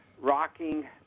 rocking